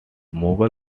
mughal